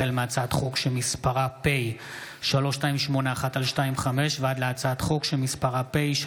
החל בהצעת חוק פ/3281/25 וכלה בהצעת חוק פ/3319/25: